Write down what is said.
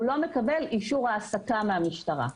הוא לא מקבל אישור העסקה מהמשטרה.